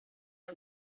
del